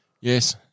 Yes